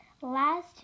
last